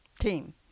team